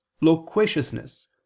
loquaciousness